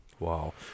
Wow